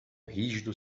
rígido